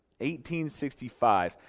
1865